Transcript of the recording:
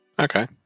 Okay